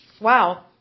Wow